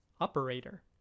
operator